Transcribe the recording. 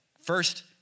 first